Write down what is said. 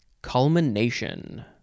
Culmination